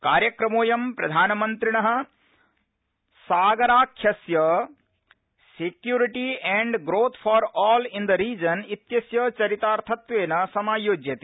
कार्यक्रमोऽयं प्रधानमन्त्रिण सागराख्यस्य security and growth for all in the region इत्यस्य चरिथार्तत्वेन समायोज्यते